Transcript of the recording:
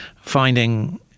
finding